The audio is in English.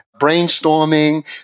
brainstorming